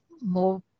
more